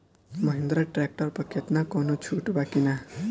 Mahindra tractor पर केतना कौनो छूट बा कि ना?